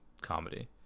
comedy